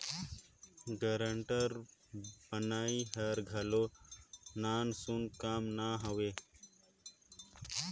guarantor बनई हर घलो नानसुन काम ना हवे